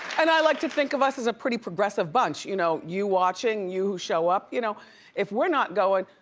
and i like to think of us as a pretty progressive bunch. you know you watching, you who show up, you know if we're not going,